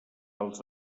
els